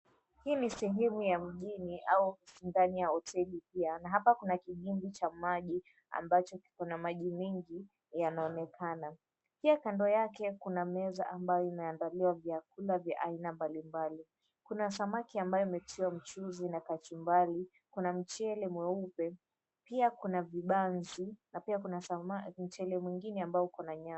Hii ni sehemu ya mjini au ndani ya hoteli pia na hapa kuna kidimbwi cha maji ambacho kiko na maji mingi yanaonekana. Pia kando yake kuna meza ambayo imeandaliwa vyakula vya aina mbalimbali. Kuna samaki ambayo imetiwa mchuzi na kachumbari, kuna mchele mweupe, pia kuna vibanzi na pia kuna mchele mwingine ambao uko na nyama.